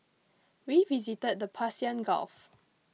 we visited the Persian Gulf